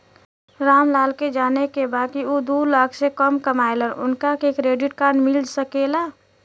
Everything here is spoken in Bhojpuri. राम लाल के जाने के बा की ऊ दूलाख से कम कमायेन उनका के क्रेडिट कार्ड मिल सके ला?